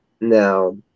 Now